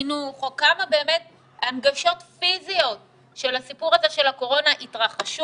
החינוך או כמה באמת הנגשות פיזיות של הסיפור הזה של הקורונה התרחשו?